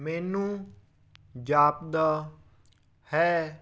ਮੈਨੂੰ ਜਾਪਦਾ ਹੈ